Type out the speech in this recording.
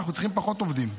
אנחנו צריכים פחות עובדים,